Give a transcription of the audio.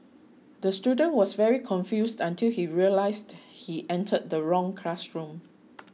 the student was very confused until he realised he entered the wrong classroom